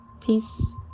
peace